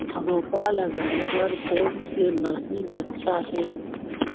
रोपा लगाय बर कोन से मशीन अच्छा हे?